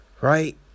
right